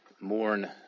mourn